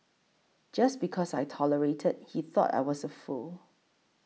just because I tolerated he thought I was a fool